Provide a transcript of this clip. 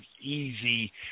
easy